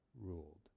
ruled